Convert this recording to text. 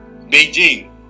Beijing